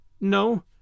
No